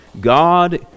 God